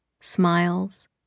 smiles